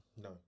No